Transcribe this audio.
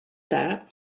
that